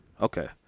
okay